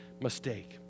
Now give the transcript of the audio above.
mistake